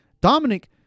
Dominic